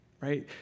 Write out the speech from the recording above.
right